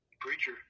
Preacher